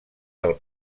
del